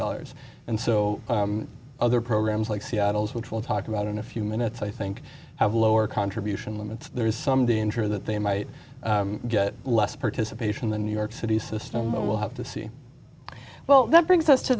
dollars and so other programs like seattle's which we'll talk about in a few minutes i think have lower contribution limits there is some danger that they might get less participation the new york city system will have to see well that brings us to